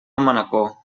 manacor